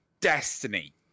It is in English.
Destiny